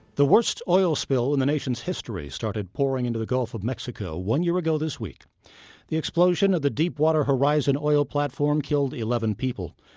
the worst oil spill and in nation's history started pouring into the gulf of mexico one year ago this week the explosion of the deepwater horizon oil platform killed eleven people.